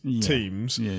teams